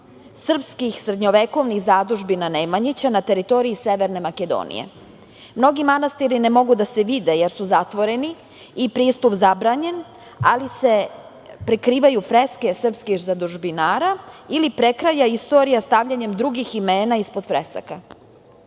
srpskih srednjovekovnih zadužbina Nemanjića na teritoriji Severne Makedonije. Mnogi manastiri ne mogu da se vide, jer su zatvoreni i pristup zabranjen, ali se prekrivaju freske srpskih zadužbinara ili prekraja istorija stavljanjem drugih imena ispod fresaka.